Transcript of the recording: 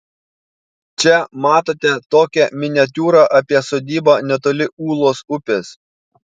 čia matote tokia miniatiūra apie sodybą netoli ūlos upės